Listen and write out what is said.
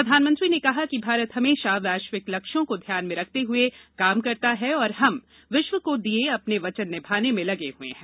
प्रधानमंत्री ने कहा कि भारत हमेशा वैश्विक लक्ष्यों को ध्यान में रखते हुए काम करता है और हम विश्व को दिए अपने वचन निभाने में लगे हुए हैं